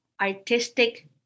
artistic